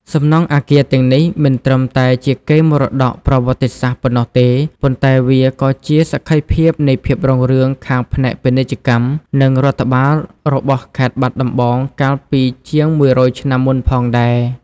សំណង់អគារទាំងនេះមិនត្រឹមតែជាកេរមរតកប្រវត្តិសាស្ត្រប៉ុណ្ណោះទេ ប៉ុន្តែវាក៏ជាសក្ខីភាពនៃភាពរុងរឿងខាងផ្នែកពាណិជ្ជកម្ម និងរដ្ឋបាលរបស់ខេត្តបាត់ដំបងកាលពីជាងមួយរយឆ្នាំមុនផងដែរ។